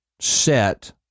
set